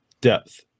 Depth